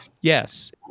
Yes